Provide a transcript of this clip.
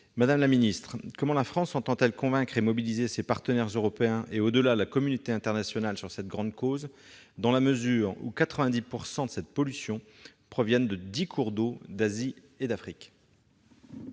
Madame la secrétaire d'État, comment la France entend-elle convaincre et mobiliser ses partenaires européens et, au-delà, la communauté internationale pour cette grande cause, dans la mesure où 90 % de la pollution plastique proviennent de dix cours d'eau d'Asie et d'Afrique ?